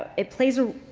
it plays a,